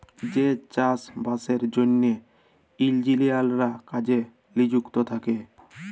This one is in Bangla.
যে চাষ বাসের জ্যনহে ইলজিলিয়াররা কাজে লিযুক্ত থ্যাকে